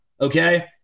Okay